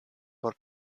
por